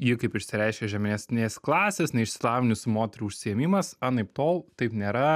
ji kaip išsireiškė žemesnės klasės neišsilavinusių moterų užsiėmimas anaiptol taip nėra